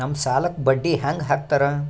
ನಮ್ ಸಾಲಕ್ ಬಡ್ಡಿ ಹ್ಯಾಂಗ ಹಾಕ್ತಾರ?